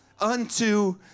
unto